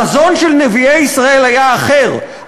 החזון של נביאי ישראל היה אחר.